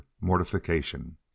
mortification